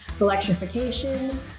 electrification